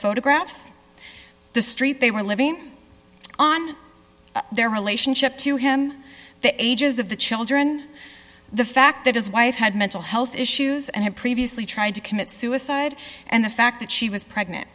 photographs the street they were living on their relationship to him the ages of the children the fact that his wife had mental health issues and had previously tried to commit suicide and the fact that she was pregnant